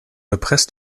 erpresst